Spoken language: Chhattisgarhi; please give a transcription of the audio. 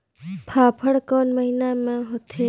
फाफण कोन महीना म होथे?